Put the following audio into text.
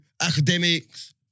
academics